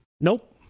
Nope